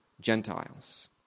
Gentiles